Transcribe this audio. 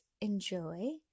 enjoy